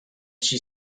she